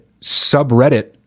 subreddit